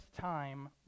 time